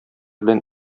белән